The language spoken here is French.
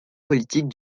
politique